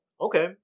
Okay